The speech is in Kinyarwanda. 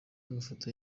mafoto